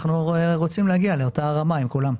אנחנו רוצים להגיע לאותה רמה עם כולם.